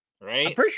right